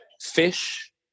fish